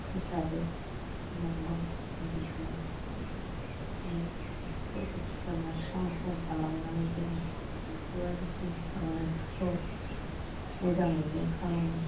फोसाबो न' बां बायदिसिना माने न'खरफोरखौ फोसाबनानै स्रां स्रां खालामनानै दोनो आरो बायदिसिना माबानायफोरखौ मोजाङैनो खालामो